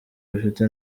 rufite